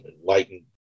enlightened